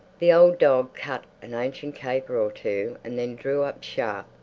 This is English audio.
the old dog cut an ancient caper or two and then drew up sharp,